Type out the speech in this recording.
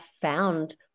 found